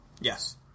Yes